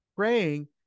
praying